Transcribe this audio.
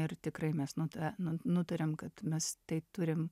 ir tikrai mes nuta nu nutarėm kad mes tai turim